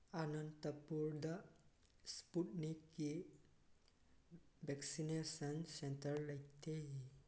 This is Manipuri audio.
ꯑꯅꯟꯇꯄꯨꯔꯗ ꯏꯁꯄꯨꯠꯅꯤꯛꯀꯤ ꯚꯦꯟꯁꯤꯟꯅꯦꯁꯟ ꯁꯦꯟꯇꯔ ꯂꯩꯇꯦ